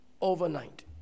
overnight